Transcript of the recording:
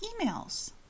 emails